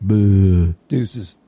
Deuces